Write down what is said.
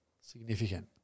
Significant